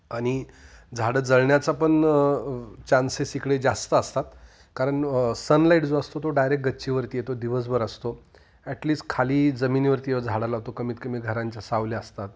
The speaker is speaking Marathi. आणि झाडं जळण्याचा पण चान्सेस इकडे जास्त असतात कारण सनलाईट जो असतो तो डायरेक्ट गच्चीवरती येतो दिवसभर असतो ॲटलीस्ट खाली जमिनीवरती जेव्हा झाडं लावतो कमीतकमी घरांच्या सावल्या असतात